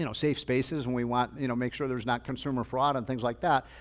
you know safe spaces and we want you know make sure there's not consumer fraud and things like that.